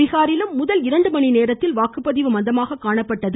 பீகாரிலும் முதல் இரண்டு மணி நேரத்தில் வாக்குப்பதிவு மந்தமாக காணப்பட்டது